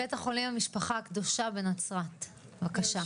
בית החולים 'המשפחה הקדושה' בנצרת, בבקשה.